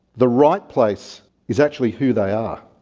the right place is actually who they are.